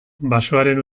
basoaren